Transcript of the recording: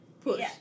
push